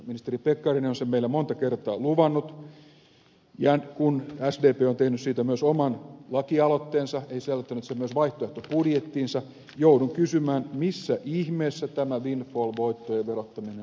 ministeri pekkarinen on sen meille monta kertaa luvannut ja kun sdp on tehnyt siitä myös oman lakialoitteensa ja sisällyttänyt sen myös vaihtoehtobudjettiinsa joudun kysymään missä ihmeessä tämä windfall voittojen verottaminen viipyy